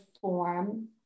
form